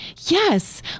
yes